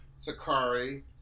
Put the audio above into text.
Sakari